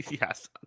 Yes